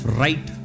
right